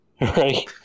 Right